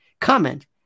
Comment